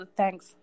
thanks